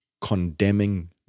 condemning